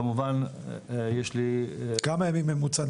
כמובן יש לי --- כמה ימים בממוצע,